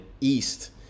east